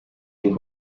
den